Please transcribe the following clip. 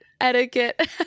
etiquette